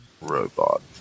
Robot